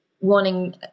wanting